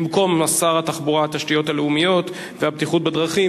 במקום שר התחבורה והתשתיות הלאומיות והבטיחות בדרכים,